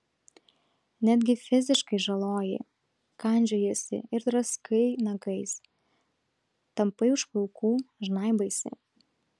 netgi fiziškai žaloji kandžiojiesi ir draskai nagais tampai už plaukų žnaibaisi